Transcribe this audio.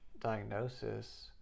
diagnosis